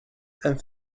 and